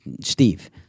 Steve